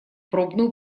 пробную